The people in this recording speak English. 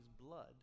blood